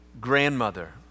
grandmother